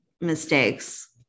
mistakes